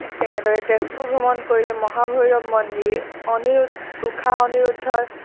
ঠিক তেনেদৰে তেজপুৰ ভ্ৰমণ কৰিলে মহাভৈৰৱ মন্দিৰ উষা অনিৰূদ্ধৰ